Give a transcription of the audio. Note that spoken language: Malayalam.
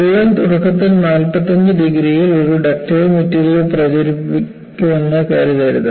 വിള്ളൽ തുടക്കത്തിൽ 45 ഡിഗ്രിയിൽ ഒരു ഡക്റ്റൈൽ മെറ്റീരിയലിൽ പ്രചരിപ്പിക്കുമെന്ന് കരുതരുത്